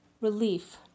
relief